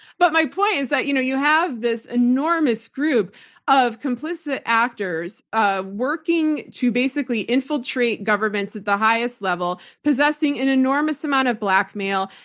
but my point is that you know you have this enormous group of complicit actors ah working to basically infiltrate governments at the highest level, possessing an enormous amount of blackmail,